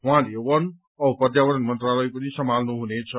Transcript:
उहाँले वन औ पर्यावरण मन्त्रालय पनि सम्हाल्नु हुनेछ